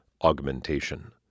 augmentation